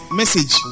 message